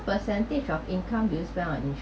percentage of income do you spend on each